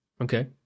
Okay